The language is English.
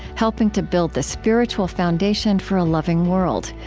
helping to build the spiritual foundation for a loving world.